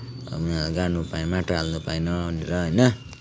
अब उनीहरूलाई गाड्नु पाएन माटो हाल्नु पाएन भनेर होइन